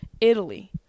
Italy